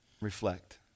reflect